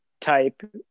type